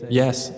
yes